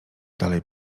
dalej